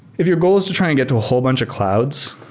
if your goal is to try and get to a whole bunch of clouds,